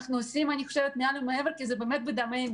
אני חושבת שאנחנו עושים מעל ומעבר כי זה באמת בדמנו.